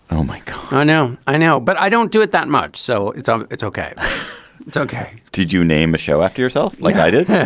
oh, my. i like ah know, i know. but i don't do it that much. so it's um it's ok it's ok. did you name a show after yourself like i did?